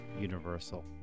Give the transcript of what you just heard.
universal